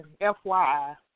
FYI